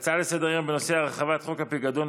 עוברים להצעה לסדר-היום בנושא: הרחבת חוק הפיקדון,